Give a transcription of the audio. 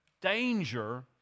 danger